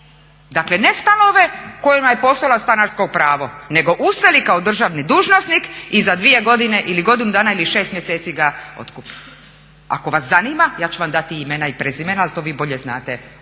Dakle ne stanove u kojima je postojalo stanarsko pravo nego useli kao državni dužnosnik i za 2 godine ili godinu dana ili 6 mjeseci ga otkupi. Ako vas zanima, ja ću vam dati imena i prezimena ali to vi bolje znate